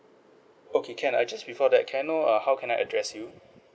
okay can ah just before that can I know uh how can I address you